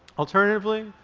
alternatively,